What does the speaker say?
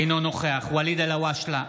אינו נוכח ואליד אלהואשלה,